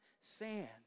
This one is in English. sand